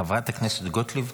חברת הכנסת גוטליב,